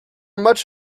much